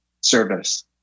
service